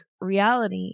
reality